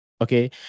Okay